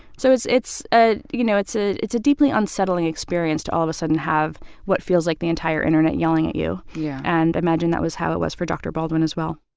so it's ah you know, it's ah it's a deeply unsettling experience to all of a sudden have what feels like the entire internet yelling at you yeah and i imagine that was how it was for dr. baldwin as well